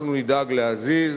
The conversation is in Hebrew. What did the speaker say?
אנחנו נדאג להזיז,